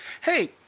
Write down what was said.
hey